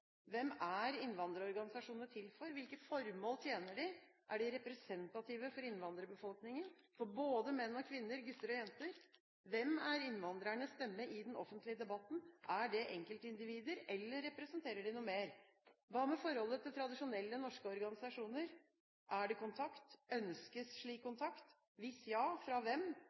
Hvem er innvandrerorganisasjonene til for? Hvilke formål tjener de? Er de representative for innvandrerbefolkningen – for både menn og kvinner, gutter og jenter? Hvem er innvandrernes stemme i den offentlige debatten, er det enkeltindivider eller representerer de noe mer? Hva med forholdet til tradisjonelle norske organisasjoner? Er det kontakt? Ønskes slik kontakt? Hvis ja, fra hvem